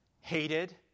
hated